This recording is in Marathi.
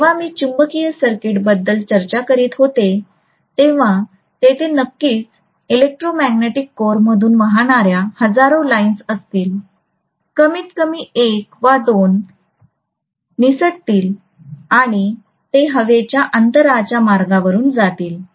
जेव्हा मी चुंबकीय सर्किटबद्दल चर्चा करीत होतो तेव्हा तेथे नक्कीच इलेक्ट्रोमॅग्नेटिक कोअरमधून वाहणाऱ्या हजारो लाईन्स असतील कमीतकमी एक वा दोन निसटतील आणि ते हवेच्या अंतराच्या मार्गावरुन जातील